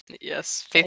Yes